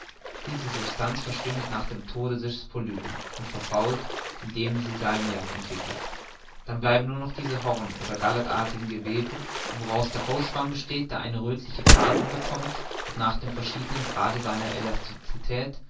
diese substanz verschwindet nach dem tode des polypen und verfault indem sie salmiak entwickelt dann bleiben nur diese horn oder gallertartigen gewebe woraus der hausschwamm besteht der eine röthliche farbe bekommt und nach dem verschiedenen grade seiner elasticität